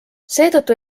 seetõttu